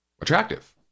attractive